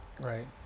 right